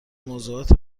موضوعات